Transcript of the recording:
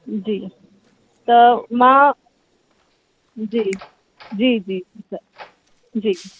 जी त मां जी जी जी सर जी